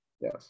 Yes